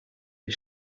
des